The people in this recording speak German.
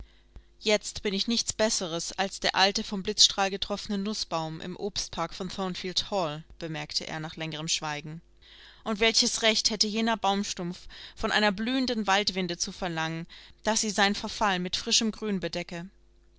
jetzt bin ich nichts besseres als der alte vom blitzstrahl getroffene nußbaum im obstpark von thornfield hall bemerkte er nach längerem schweigen und welches recht hätte jener baumstumpf von einer blühenden waldwinde zu verlangen daß sie seinen verfall mit frischem grün bedecke